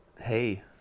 Hey